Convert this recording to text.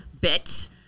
bit